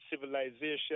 civilization